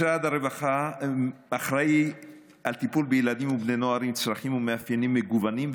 משרד הרווחה אחראי לטיפול בילדים ובני נוער עם צרכים ומאפיינים מגוונים,